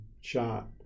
shot